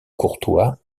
courtois